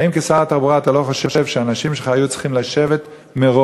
האם כשר התחבורה אתה לא חושב שהאנשים שלך היו צריכים לשבת מראש,